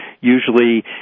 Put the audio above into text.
Usually